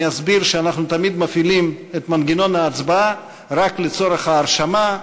אני אסביר שאנחנו מפעילים את מנגנון ההצבעה רק לצורך ההרשמה.